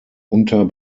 unter